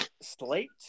slate